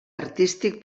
artístic